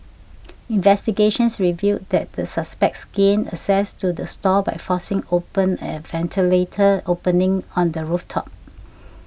investigations revealed that the suspects gained access to the stall by forcing open a ventilator opening on the roof top